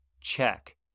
Check